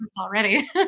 already